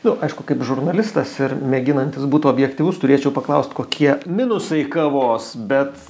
nu aišku kaip žurnalistas ir mėginantis būt objektyvus turėčiau paklaust kokie minusai kavos bet